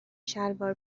شلوار